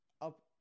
up